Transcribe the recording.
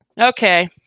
Okay